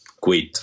quit